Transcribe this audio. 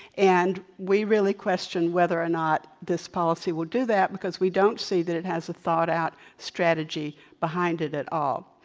and we really request whether or not this policy will do that because we don't see that it has a thought-out strategy behind it at all.